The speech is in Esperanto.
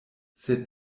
sed